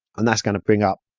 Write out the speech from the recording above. and that's going to bring up